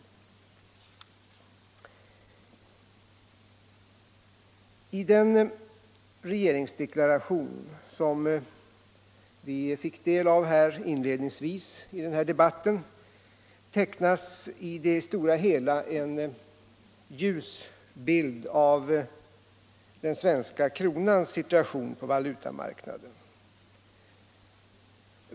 I den regeringsdeklaration som vi fick del av inledningsvis i den här debatten tecknas i det stora hela en ljus bild av den svenska kronans situation på valutamarknaden.